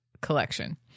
collection